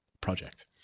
project